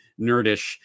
nerdish